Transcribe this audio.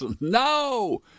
No